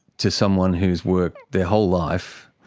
to someone who has worked their whole life,